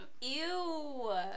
Ew